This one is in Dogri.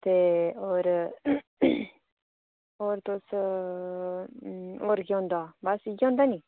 ते होर हूं होर तुस होर केह् होंदा बस इ'यै होंदा नीं